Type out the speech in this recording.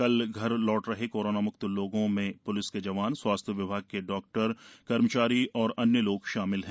कल घर लौट रहे कोरोना मुक्त लोगों में लिस के जवान स्वास्थ्य विभाग के डॉक्टर कर्मचारी तथा अन्य लोग शामिल हैं